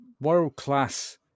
world-class